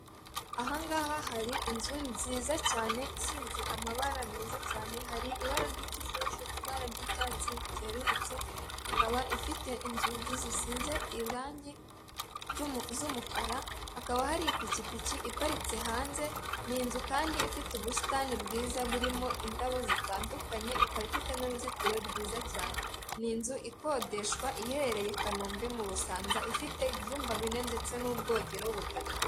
Ahangaha hari inzu nziza cyane isize amabara meza cyane hari ibara ry'ikijuju, ibara ry'icyatsi ryerurutse ikaba ifite inzugi zisize irangi z'umukara, hakaba hari ipikipiki iparitse hanze, ni inzu kandi ifite ubusitani bwiza burimo indabo zitandukanye, ikaba ifite n'uruzitiro rwiza cyane, ni inzu ikodeshwa iherereye i Kanombe mu Busanza ifite ibyumba bine ndetse n'ubwogero butatu.